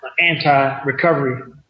anti-recovery